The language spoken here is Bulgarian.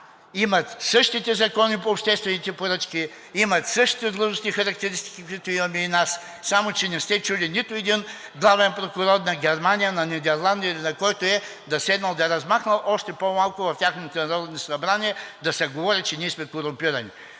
имат същите закони по обществените поръчки, имат същите длъжностни характеристики, каквито имаме и ние, само че не сте чули нито един главен прокурор на Германия, на Нидерландия или на който и да е да е седнал да размахва, още по-малко в техните народни събрания, да се говори, че ние сме корумпирани.